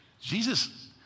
Jesus